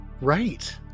Right